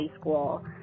school